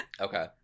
okay